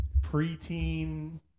preteen